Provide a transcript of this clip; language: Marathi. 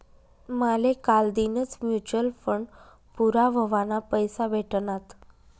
माले कालदीनच म्यूचल फंड पूरा व्हवाना पैसा भेटनात